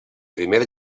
primer